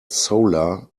solar